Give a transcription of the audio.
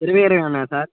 ఇరవై ఇరవై ఉన్నాయా సార్